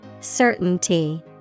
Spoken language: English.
Certainty